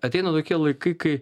ateina tokie laikai kai